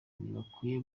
ntibakwiye